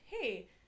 hey